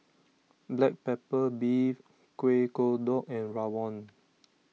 Black Pepper Beef Kueh Kodok and Rawon